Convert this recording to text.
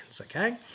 okay